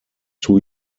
two